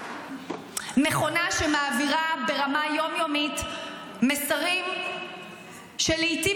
מכונה שמעבירה ברמה יום-יומית מסרים שלעיתים